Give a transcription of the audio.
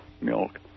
milk